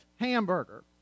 Hamburger